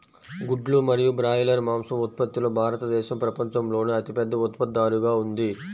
గుడ్లు మరియు బ్రాయిలర్ మాంసం ఉత్పత్తిలో భారతదేశం ప్రపంచంలోనే అతిపెద్ద ఉత్పత్తిదారుగా ఉంది